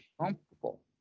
comfortable